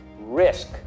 Risk